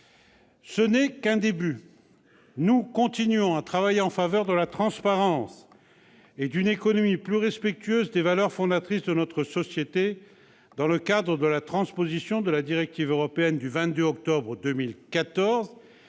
Ce n'est qu'un début. Nous continuons de travailler en faveur de la transparence et d'une économie plus respectueuse des valeurs fondatrices de notre société dans le cadre de la transposition de la directive européenne du 22 octobre 2014